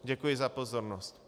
Děkuji za pozornost.